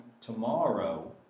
tomorrow